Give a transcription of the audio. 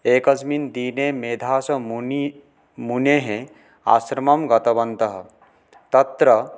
एकस्मिन् दिने मेधा स मुनि मुनेः आश्रमं गतवन्तः तत्र